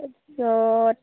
তাৰ পিছত